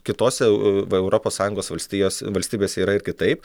kitose europos sąjungos valstijos valstybėse yra ir kitaip